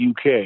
UK